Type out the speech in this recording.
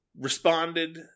responded